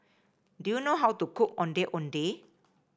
do you know how to cook Ondeh Ondeh